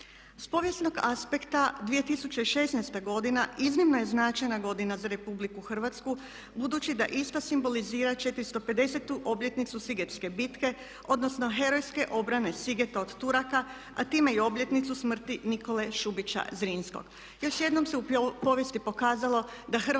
S povijesnog aspekta 2016. godina iznimno je značajna godina za Republiku Hrvatsku budući da ista simbolizira 450 obljetnicu Sigetske bitke odnosno herojske obrane Sigeta od Turaka, a time i obljetnicu smrti Nikole Šubića Zrinskog. Još jednom se u povijesti pokazalo da Hrvatski